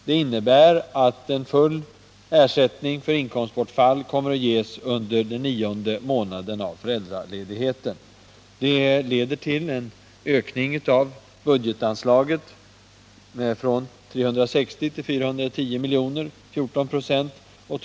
Det innebär att full ersättning för inkomstbortfall kommer att ges under den nionde månaden av föräldraledigheten. Det leder till en ökning av budgetanslaget från 360 till 410 miljoner, dvs. en ökning med 14 25.